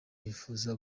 bifuza